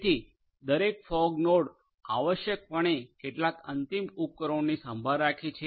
તેથી દરેક fog node આવશ્યકપણે કેટલાક અંતિમ ઉપકરણોની સંભાળ રાખે છે